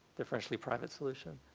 differently private solution.